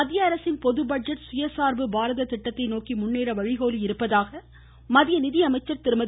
மத்திய அரசின் பொது பட்ஜெட் சுயசார்பு பாரத திட்டத்தை நோக்கி முன்னேற வழிகோலி இருப்பதாக மத்திய நிதியமைச்சர் திருமதி